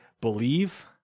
believe